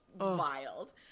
wild